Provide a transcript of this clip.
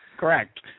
Correct